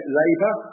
labour